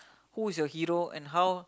who is your hero and how